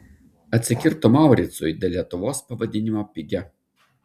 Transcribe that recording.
atsikirto mauricui dėl lietuvos pavadinimo pigia